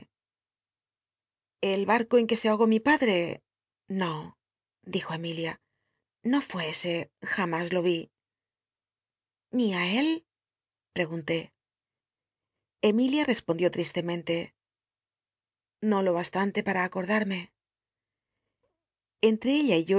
el haco en r uc se ahogó mi pad re t'io dijo emilia no fué ese jam is lo i ni á él pregunté bmilia i'cspondió tristemente no lo hastante para aco rdarme entre ella y